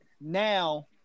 now